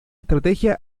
estrategia